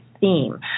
theme